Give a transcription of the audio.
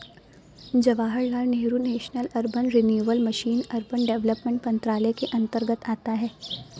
Jawaharlal Nehru national urban renewal mission urban development मंत्रालय के अंतर्गत आता है